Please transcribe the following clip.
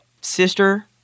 sister-